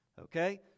Okay